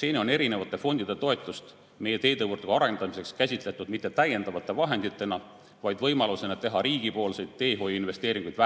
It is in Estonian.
Seni on erinevate fondide toetust meie teevõrgu arendamiseks käsitletud mitte täiendavate vahenditena, vaid võimalusena teha vähem riigipoolseid teehoiuinvesteeringuid.